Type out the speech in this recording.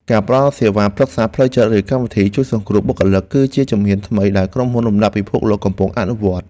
ការផ្តល់សេវាប្រឹក្សាផ្លូវចិត្តឬកម្មវិធីជួយសង្គ្រោះបុគ្គលិក គឺជាជំហានថ្មីដែលក្រុមហ៊ុនលំដាប់ពិភពលោកកំពុងអនុវត្ត។